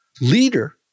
Leader